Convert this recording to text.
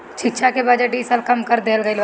शिक्षा के बजट इ साल कम कर देहल गईल बाटे